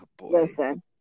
Listen